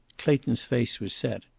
clayton's face was set.